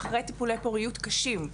אחרי טיפולי פוריות קשים,